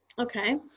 okay